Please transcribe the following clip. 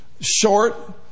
short